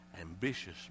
ambitious